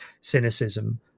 cynicism